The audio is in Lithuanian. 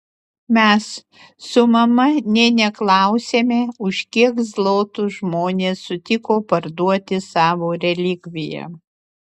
mes su mama nė neklausėme už kiek zlotų žmonės sutiko parduoti savo relikviją